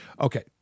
okay